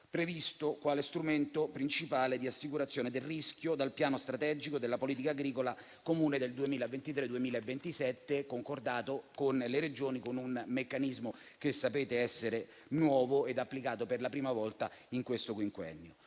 previsto quale strumento principale di assicurazione dal rischio dal Piano strategico della politica agricola comune del 2023-2027, concordato con le Regioni con un meccanismo che sapete essere nuovo ed applicato per la prima volta in questo quinquennio.